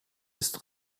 ist